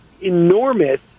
enormous